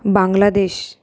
Bangladesh